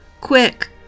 Quick